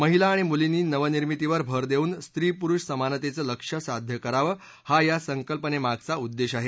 महिला आणि मुलींनी नवनिर्मितीवर भर देऊन स्त्री पुरुष समानतेचं लक्ष्य साध्य करावं हा या संकल्पनेमागचा उद्देश आहे